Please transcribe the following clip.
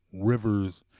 Rivers